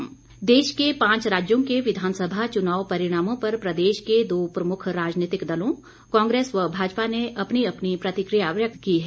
चुनाव प्रतिक्रिया देश के पांच राज्यों के विधानसभा चुनाव परिणामों पर प्रदेश के दो प्रमुख राजनीतिक दलों कांग्रेस व भाजपा ने अपनी अपनी प्रतिक्रिया व्यक्त की है